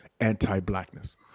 anti-blackness